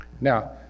Now